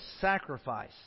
sacrifice